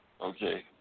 Okay